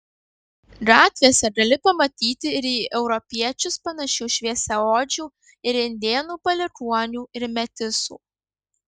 gatvėse gali pamatyti ir į europiečius panašių šviesiaodžių ir indėnų palikuonių ir metisų